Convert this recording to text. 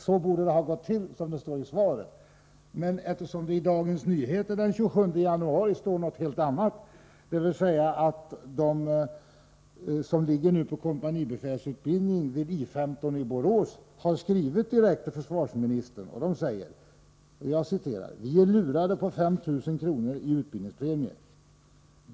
Så som det står i svaret borde det ha gått till. I Dagens Nyheter den 27 januari står emellertid någonting helt annat. De som ligger inne för kompanibefälsutbildning vid I 15 i Borås har skrivit direkt till försvarsministern. De skrev: ”Vi är lurade på 5 000 kronor i utbildningspremie.